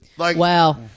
Wow